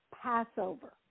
passover